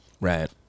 Right